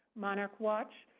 monarch watch,